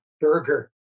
burger